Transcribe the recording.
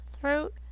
throat